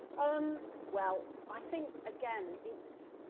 um well, i think again it's